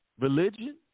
Religion